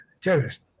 terrorist